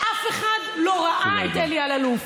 אף אחד לא ראה את אלי אלאלוף.